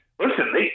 Listen